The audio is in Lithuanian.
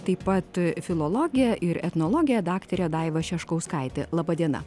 taip pat filologė ir etnologė daktarė daiva šeškauskaitė laba diena